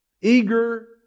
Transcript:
eager